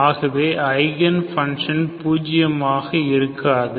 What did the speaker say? ஆகவே eigen function பூஜியமாக இருக்காது